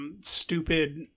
stupid